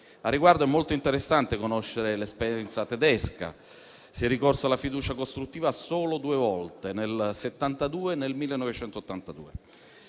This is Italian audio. Al riguardo è molto interessante conoscere l'esperienza tedesca: si è ricorso alla sfiducia costruttiva solo due volte, nel 1972 nel 1982.